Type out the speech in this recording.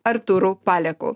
artūru paleku